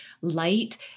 light